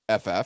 FF